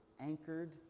anchored